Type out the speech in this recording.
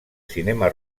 cinema